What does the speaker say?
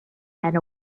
and